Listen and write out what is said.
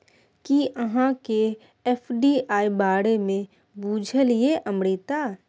कि अहाँकेँ एफ.डी.आई बारे मे बुझल यै अमृता?